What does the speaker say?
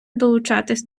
долучатися